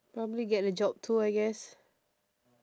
probably get a job too I guess